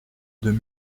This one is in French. deux